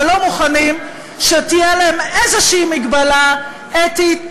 אבל לא מוכנים שתהיה עליהם איזושהי מגבלה אתית,